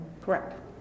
Correct